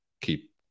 keep